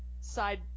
side